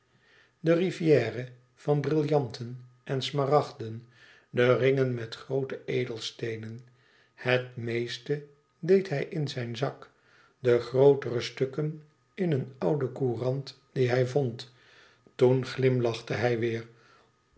de rivière van brillanten en smaragden de ringen met groote edelsteenen het meeste deed hij in zijn zak de grootere stukken in een oude courant die hij vond toen glimlachte hij weêr